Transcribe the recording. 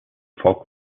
volk